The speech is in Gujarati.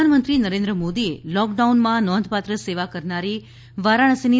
પ્રધાનમંત્રી નરેન્દ્ર મોદીએ લૉકડાઉનમાં નોંધપાત્ર સેવા કરનારી વારાણસીની